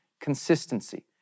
consistency